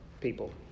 people